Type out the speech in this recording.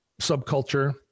subculture